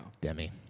Demi